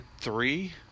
three